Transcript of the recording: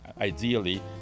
ideally